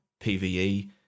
PVE